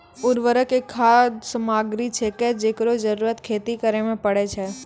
उर्वरक एक खाद सामग्री छिकै, जेकरो जरूरत खेती करै म परै छै